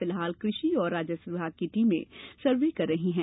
फिलहाल कृषि और राजस्व विभाग की टीमें सर्वे कर रही है